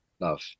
Love